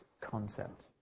concept